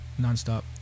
nonstop